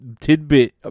tidbit